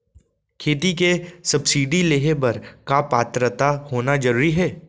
खेती के सब्सिडी लेहे बर का पात्रता होना जरूरी हे?